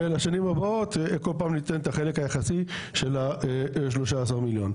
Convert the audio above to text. ובשנים הבאות כל פעם ניתן את החלק היחסי של ה-30 מיליון.